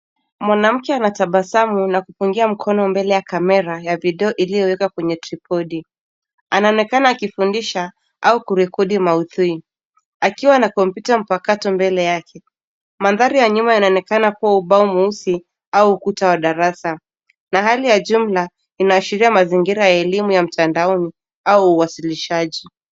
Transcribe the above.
Mwanamke anatabasamu na kupungia mkono mbele ya kamera ya video iliyowekwa kwenye kibodi. Anaonekana akifundisha au kurekodi maudhui, akiwa na kompyuta mpakato mbele yake. Mandhari ya nyuma yanaonekana kuwa ubao mweusi au ukuta wa darasa na hali ya jumla, inaashiria mazingira ya elimu ya mtandaoni au uwasilishaji.